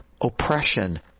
Oppression